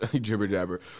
jibber-jabber